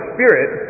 Spirit